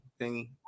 thingy